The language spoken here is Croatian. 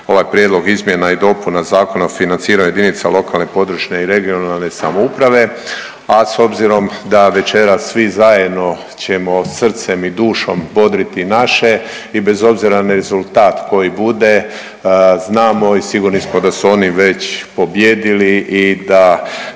ovaj prijedlog izmjena i dopuna Zakona o financiranju JLPRS, a s obzirom da večeras svim zajedno ćemo srcem i dušom bodriti naše i bez obzira na rezultat koji bude znamo i sigurni smo da su oni već pobijedili i da